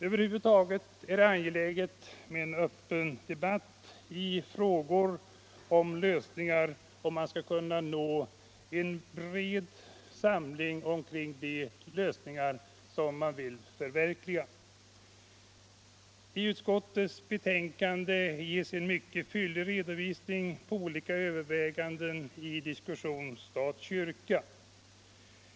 Över huvud är det angeläget med en öppen debatt i dessa frågor, om en bred samling skall kunna nås kring de lösningar som man vill förverkliga. I utskottets betänkande ges en mycket fyllig redovisning av olika överväganden och diskussioner i stat-kyrka-frågan.